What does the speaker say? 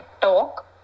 talk